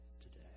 today